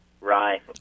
Right